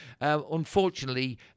Unfortunately